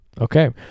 Okay